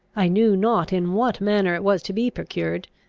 i knew not in what manner it was to be procured,